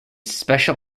special